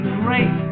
great